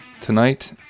tonight